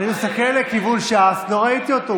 אני מסתכל לכיוון ש"ס, לא ראיתי אותו.